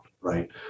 right